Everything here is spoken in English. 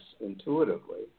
intuitively